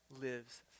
lives